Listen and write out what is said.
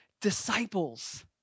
disciples